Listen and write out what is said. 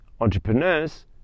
entrepreneurs